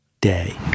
day